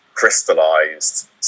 Crystallized